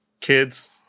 kids